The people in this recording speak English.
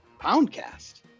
Poundcast